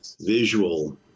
visual